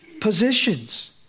positions